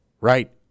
right